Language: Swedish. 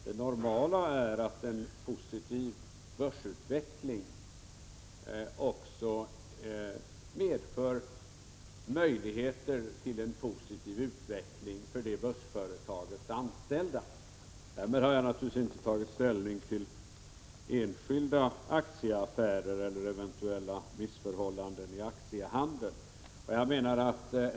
Det normala är ju att en positiv börsutveckling också medför möjligheter till en positiv utveckling för börsföretagen och deras anställda. Därmed har jag naturligtvis inte tagit ställning till enskilda aktieaffärer eller eventuella missförhållanden i aktiehandeln.